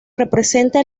representa